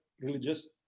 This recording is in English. religious